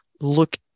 look